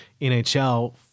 NHL